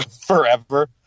Forever